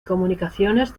comunicaciones